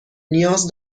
نیاز